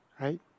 right